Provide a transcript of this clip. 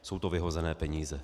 Jsou to vyhozené peníze.